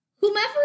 Whomever